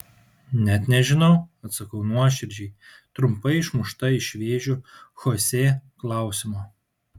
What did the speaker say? net nežinau atsakau nuoširdžiai trumpai išmušta iš vėžių chosė klausimo